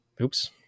Oops